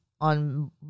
on